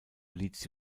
leeds